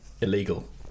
Illegal